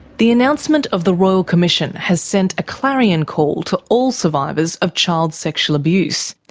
the announcement of the royal commission has sent a clarion call to all survivors of child sexual abuse.